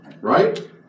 right